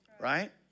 Right